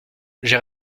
j’ai